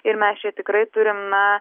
ir mes čia tikrai turim na